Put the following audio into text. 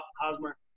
Hosmer